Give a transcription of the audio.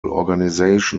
organization